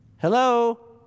Hello